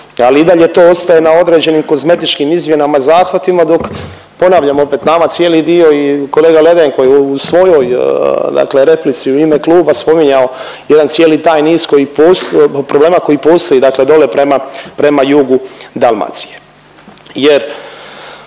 ali i dalje to ostaje na određenim kozmetičkim izmjenama i zahvatima dok ponavljam opet, nama cijeli dio i kolega Ledenko je u svojoj dakle replici u ime kluba spominjao jedan cijeli taj niz koji posto…, problema koji postoji dakle dole prema, prema jugu Dalmacije.